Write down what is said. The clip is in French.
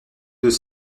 deux